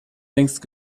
längst